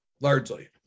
largely